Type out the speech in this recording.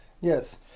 Yes